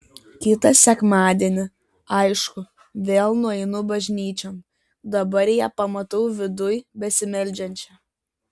kitą sekmadienį aišku vėl nueinu bažnyčion dabar ją pamatau viduj besimeldžiančią